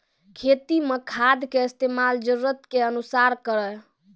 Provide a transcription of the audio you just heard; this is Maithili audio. खेती मे खाद के इस्तेमाल जरूरत के अनुसार करऽ